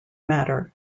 matter